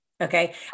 Okay